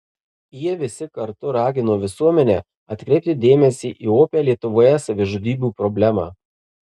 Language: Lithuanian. jie visi kartu ragino visuomenę atkreipti dėmesį į opią lietuvoje savižudybių problemą